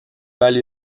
joua